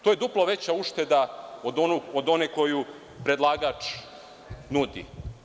To je duplo veća ušteda od one koju predlagač nudi.